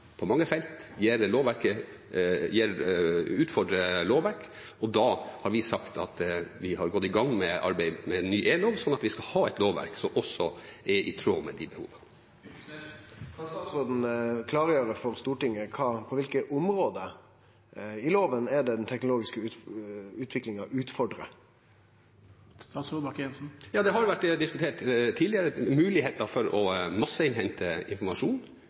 på mange felt utfordrer lovverket, og da har vi sagt at vi har gått i gang med arbeidet med en ny e-lov, slik at vi skal ha et lovverk som også er i tråd med de behovene. Kan statsråden klargjere for Stortinget på kva område i lova den teknologiske utviklinga utfordrar? Det har jo vært diskutert tidligere muligheter for at det å masseinnhente informasjon